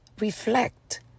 reflect